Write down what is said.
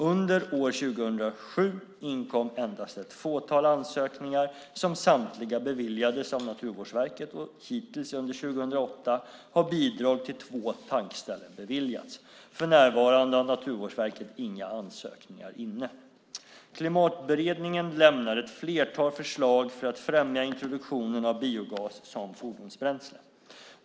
Under år 2007 inkom endast ett fåtal ansökningar som samtliga beviljades av Naturvårdsverket, och hittills under 2008 har bidrag till två tankställen beviljats. För närvarande har Naturvårdsverket inga ansökningar inne. Klimatberedningen lämnar ett flertal förslag för att främja introduktionen av biogas som fordonsbränsle.